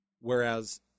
Whereas